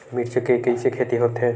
मिर्च के कइसे खेती होथे?